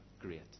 great